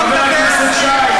אתה עושה צחוק?